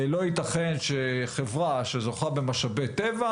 לא ייתכן שחברה שזוכה במשאבי טבע,